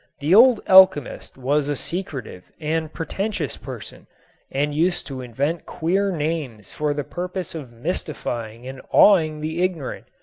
the old alchemist was a secretive and pretentious person and used to invent queer names for the purpose of mystifying and awing the ignorant.